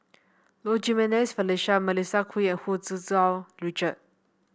Low Jimenez Felicia Melissa Kwee and Hu Tsu Tau Richard